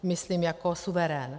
Myslím jako suverén.